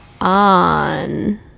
on